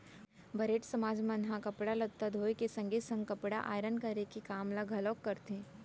बरेठ समाज मन ह कपड़ा लत्ता धोए के संगे संग कपड़ा आयरन करे के काम ल घलोक करथे